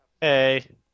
Hey